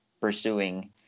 pursuing